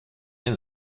même